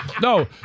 No